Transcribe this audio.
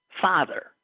father